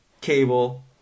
Cable